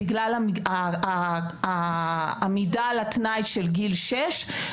בגלל העמידה על התנאי של גיל שש,